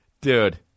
Dude